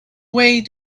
way